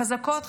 חזקות,